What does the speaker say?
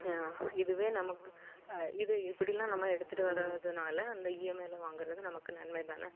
இதுவே நமக்கு இது இப்படிலாம் நம்ம எடுத்துட்டு வரதனால அந்த இஎம்ஐல வாங்குகிறது நமக்கு நன்மைதானே